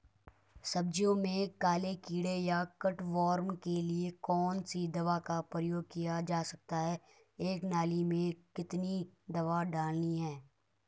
सब्जियों में काले कीड़े या कट वार्म के लिए कौन सी दवा का प्रयोग किया जा सकता है एक नाली में कितनी दवा डालनी है?